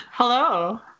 Hello